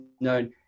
known